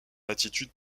attitude